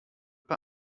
bei